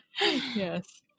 Yes